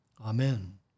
Amen